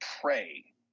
pray